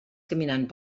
caminant